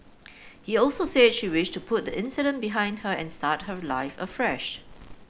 he also said she wished to put incident behind her and start her life afresh